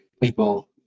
people